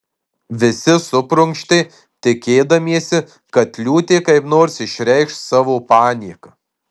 visi suprunkštė tikėdamiesi kad liūtė kaip nors išreikš savo panieką